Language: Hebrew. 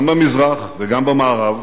גם במזרח וגם במערב,